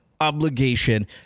obligation